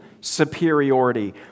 superiority